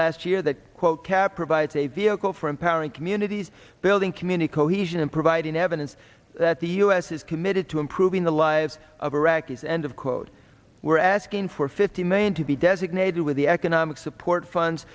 last year that quote care provides a vehicle for empowering communities building community cohesion and providing evidence that the u s is committed to improving the lives of iraqis and of course we're asking for fifty million to be designated with the economic support funds